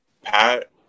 Pat